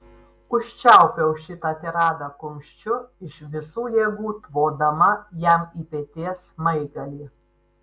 užčiaupiau šitą tiradą kumščiu iš visų jėgų tvodama jam į peties smaigalį